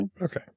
Okay